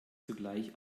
sogleich